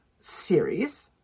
series